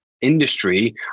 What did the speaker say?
industry